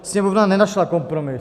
Sněmovna nenašla kompromis.